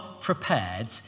prepared